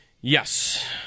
Yes